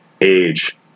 age